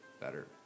better